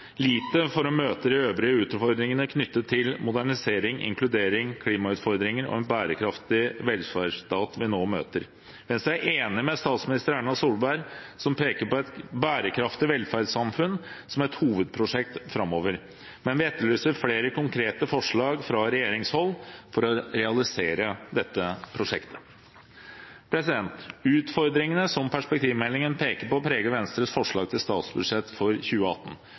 lite for å møte de øvrige utfordringene knyttet til modernisering, inkludering, klimautfordringer og en bærekraftig velferdsstat vi nå møter. Venstre er enig med statsminister Erna Solberg, som peker på et bærekraftig velferdssamfunn som et hovedprosjekt framover, men vi etterlyser flere konkrete forslag fra regjeringshold for å realisere dette prosjektet. Utfordringene som perspektivmeldingen peker på, preger Venstres forslag til statsbudsjett for 2018.